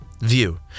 View